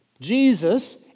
Jesus